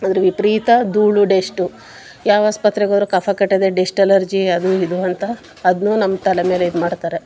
ಅವ್ರಿಗೆ ವಿಪರೀತ ಧೂಳು ಡೆಸ್ಟು ಯಾವ ಆಸ್ಪತ್ರೆಗೆ ಹೋದ್ರೂ ಕಫ ಕಟ್ಟಿದೆ ಡೆಸ್ಟ್ ಅಲರ್ಜಿ ಅದೂ ಇದು ಅಂತ ಅದನ್ನೂ ನಮ್ಮ ತಲೆ ಮೇಲೆ ಇದು ಮಾಡ್ತಾರೆ